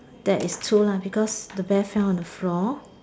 that is true lah because the bear fell on the floor